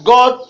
God